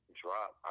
drop